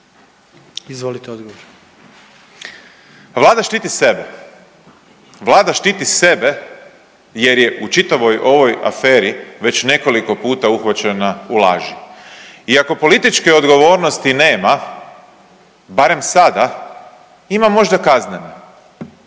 Peđa (SDP)** Vlada štiti sebe, Vlada štiti sebe jer je u čitavoj ovoj aferi već nekoliko puta uhvaćena u laži. I ako političke odgovornosti nema barem sada, ima možda kaznena.